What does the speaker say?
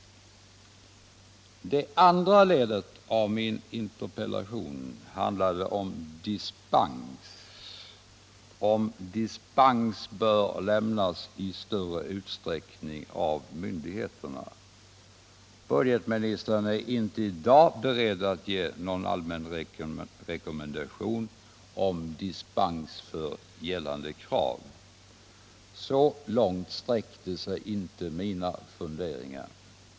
Det andra ledet av min interpellation handlade om att dispens bör lämnas i större utsträckning av myndigheterna. Budgetministern är i dag inte beredd att ge någon allmän rekommendation om dispens från gällande krav. Så långt 9” sträckte sig heller inte mina funderingar.